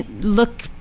look